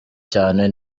cyane